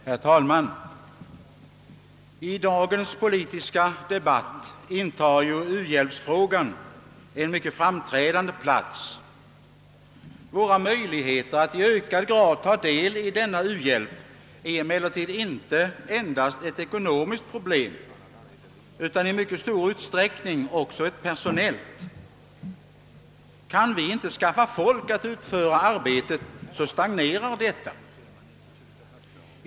Herr talman! I dagens politiska debatt intar u-hjälpsfrågan en mycket framträdande plats. Våra möjligheter att i ökad grad ta del i denna u-hbjälp är emellertid inte endast ett ekonomiskt problem utan i mycket stor utsträckning också ett personellt. Kan vi inte skaffa folk att utföra arbetet, så stagnerar det.